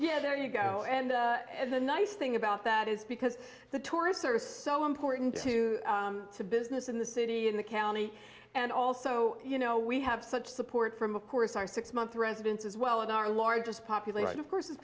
yeah there you go and the nice thing about that is because the tourists are so important to to business in the city in the county and also you know we have such support from of course our six month residence as well and our largest population of course